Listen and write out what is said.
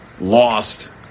lost